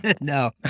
no